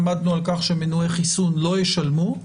עמדנו על-כך שמנועי חיסון לא ישלמו.